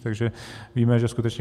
Takže víme, že skutečně...